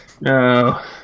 No